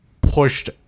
pushed